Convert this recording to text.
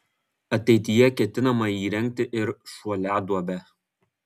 ateityje ketinama įrengti ir šuoliaduobę